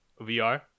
VR